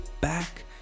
Back